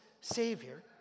Savior